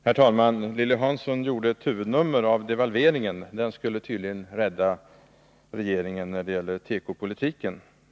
Herr talman! Lilly Hansson gjorde ett huvudnummer av devalveringen, som tydligen skulle rädda regeringen när det gäller tekopolitiken.